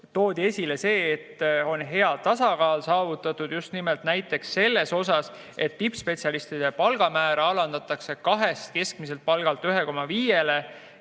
Toodi esile seda, et on hea tasakaal saavutatud, just nimelt näiteks selles, et tippspetsialistide palgamäära alandatakse kahelt keskmiselt palgalt 1,5-le